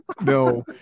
No